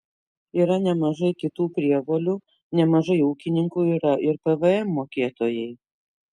yra nemažai kitų prievolių nemažai ūkininkų yra ir pvm mokėtojai